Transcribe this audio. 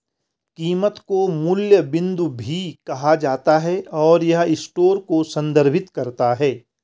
कीमत को मूल्य बिंदु भी कहा जाता है, और यह स्टोर को संदर्भित करता है